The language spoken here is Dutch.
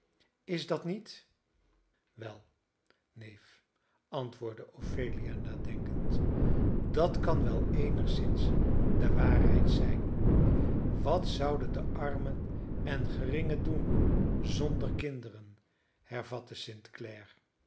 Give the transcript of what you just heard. is het dat niet wel neef antwoordde ophelia nadenkend dat kan wel eenigszins de waarheid zijn wat zouden de armen en geringen doen zonder kinderen hervatte